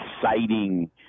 exciting